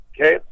Okay